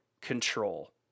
control